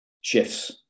shifts